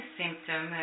symptom